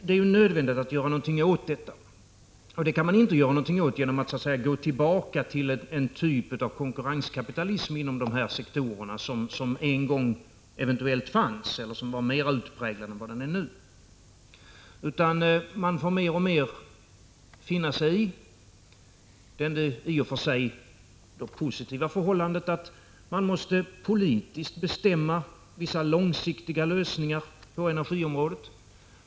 Det är nödvändigt att göra någonting åt detta, och det kan man inte göra genom att gå tillbaka till någon typ av konkurrenskapitalism inom dessa sektorer som eventuellt en gång fanns eller var mera utpräglad än den nu är. I stället får man mer och mer finna sig i det i och för sig positiva förhållandet att man måste politiskt bestämma vissa långsiktiga lösningar på energiområdet.